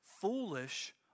foolish